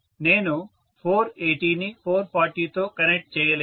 నేను 480 ని 440 తో కనెక్ట్ చేయలేను